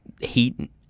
heat